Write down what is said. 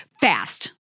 fast